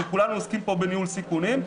כי כולנו עוסקים פה בניהול סיכונים,